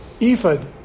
Ephod